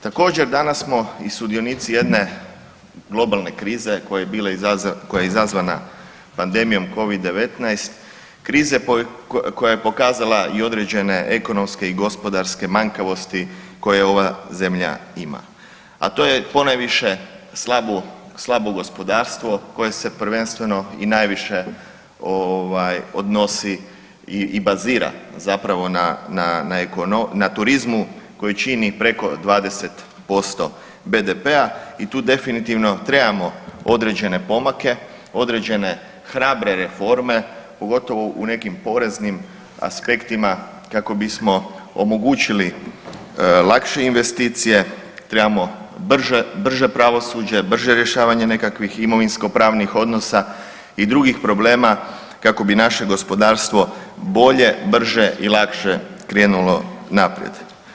Također danas smo i sudionici jedne globalne krize koja je izazvana pandemijom Covid-19, krize koja je pokazala i određene ekonomske i gospodarske manjkavosti koje ova zemlja ima, a to je ponajviše slabo, slabo gospodarstvo koje se prvenstveno i najviše ovaj odnosi i bazira zapravo na, na, na turizmu koji čini preko 20% BDP-a i tu definitivno trebamo određene pomake, određene hrabre reforme, pogotovo u nekim poreznim aspektima kako bi omogućili lakše investicije, trebamo brže, brže pravosuđe, brže rješavanje nekakvih imovinskopravnih odnosa i drugih problema kako bi naše gospodarstvo bolje, brže i lakše krenulo naprijed.